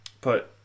Put